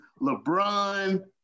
LeBron